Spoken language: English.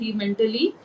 mentally